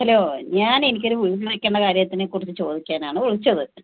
hello ഞാനേ എനിക്കൊരു വീട് വെയ്ക്കണ കാര്യത്തിനെക്കുറിച്ച് ചോദിക്കാനാണ് വിളിച്ചത്